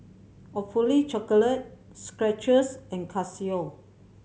Awfully Chocolate Skechers and Casio